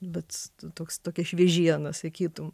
vat toks tokia šviežiena sakytum